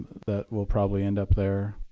that will probably end up there.